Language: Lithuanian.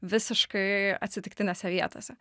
visiškai atsitiktinėse vietose